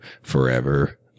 forever